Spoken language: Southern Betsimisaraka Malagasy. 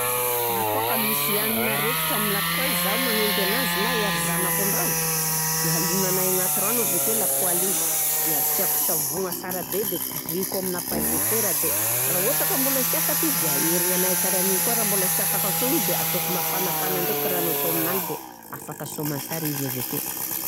Raha kô ka misy hanina raikitra amin'ny lapoaly, zaho magnendy ananzy na ery zanako an-dragno, de alognanahy agnaty rano avke lapoaly igny de asiako savogna sara be de godroiko amina paille de fer de raha ohatra ka mbôla sy afaka izy de aherignanahy karahan'igny koà raha mbôla sy afaka foana de ataoko mafanafana ndreky rano atao aminany de afaka soamansara izy avekeo.